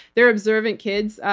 they're observant kids.